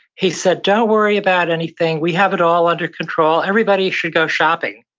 he said, don't worry about anything, we have it all under control. everybody should go shopping.